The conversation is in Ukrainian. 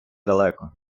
далеко